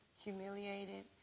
Humiliated